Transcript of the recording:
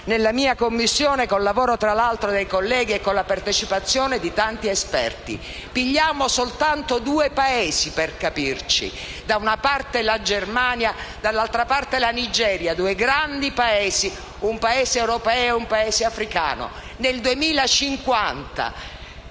nella mia Commissione con il lavoro dei colleghi e con la partecipazione di tanti esperti). Prendiamo soltanto ad esempio due Paesi: da una parte la Germania e dall'altra parte la Nigeria. Due grandi Paesi, un Paese europeo e un Paese africano. Nel 2050,